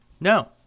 no